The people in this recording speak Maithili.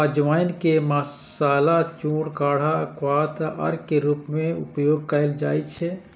अजवाइन के मसाला, चूर्ण, काढ़ा, क्वाथ आ अर्क के रूप मे उपयोग कैल जाइ छै